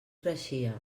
creixia